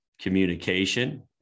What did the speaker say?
communication